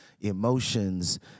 emotions